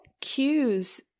cues